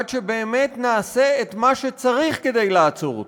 עד שבאמת נעשה את מה שצריך כדי לעצור אותו,